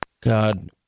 God